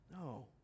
No